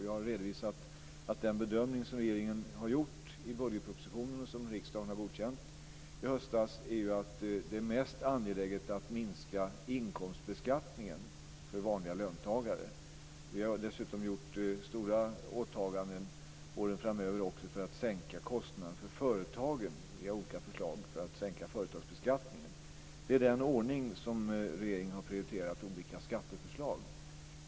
Jag har redovisat att den bedömning som regeringen har gjort i budgetpropositionen och som riksdagen har godkänt i höstas är att det är mest angeläget att minska inkomstbeskattningen för vanliga löntagare. Vi har dessutom gjort stora åtaganden åren framöver för att sänka kostnaderna för företagen via olika förslag för att sänka företagsbeskattningen. Det är i den ordningen som regeringen har prioriterat olika skatteförslag.